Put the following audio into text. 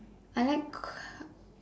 I like